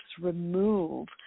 remove